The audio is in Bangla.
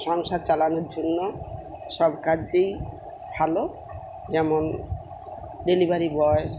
সংসার চালানোর জন্য সব কাজই ভালো যেমন ডেলিভারি বয়